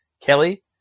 Kelly